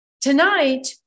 tonight